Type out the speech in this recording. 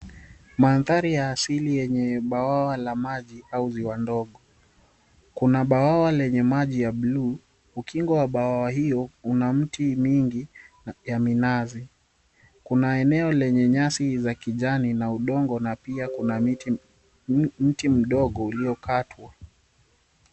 Mandhari la asili lenye bwawa la maji au ziwa ndigo, kuna bwawa lenye maji ya buluu, ukingo wa bwawa hilo una mti mingi ya minazi. kuna eneo lenye nyasi za kijani na udongo na pia kuna mti mdogo uliokatwa.